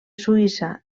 suïssa